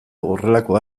horrelako